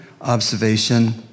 observation